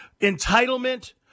entitlement